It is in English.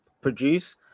produce